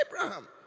Abraham